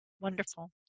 wonderful